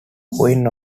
queen